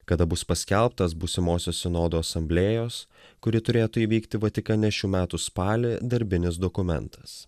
kada bus paskelbtas būsimosios sinodo asamblėjos kuri turėtų įvykti vatikane šių metų spalį darbinis dokumentas